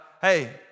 hey